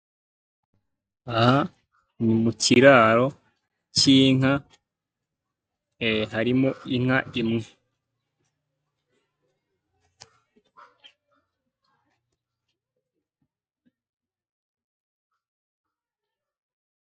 Aha ni mu kiraro k'inka, harimo inka imwe.